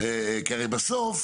אה, הם יצאו?